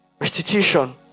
restitution